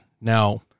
Now